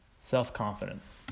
self-confidence